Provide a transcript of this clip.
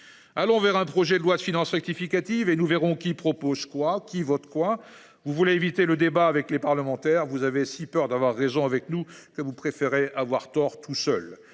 Allons vers un projet de loi de finances rectificative et nous verrons qui propose quoi, qui vote quoi. Vous voulez éviter le débat avec les parlementaires ; vous avez si peur d’avoir raison avec nous que vous préférez avoir tort seul.